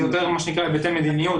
זה יותר מה שנקרא היבטי מדיניות,